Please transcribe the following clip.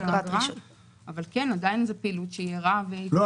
אבל כן עדיין זו פעילות ערה.